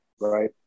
right